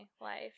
life